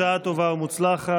בשעה טובה ומוצלחת.